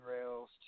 Rails